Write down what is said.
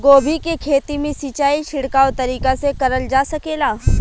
गोभी के खेती में सिचाई छिड़काव तरीका से क़रल जा सकेला?